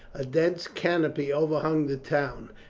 a dense canopy overhung the town,